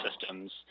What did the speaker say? systems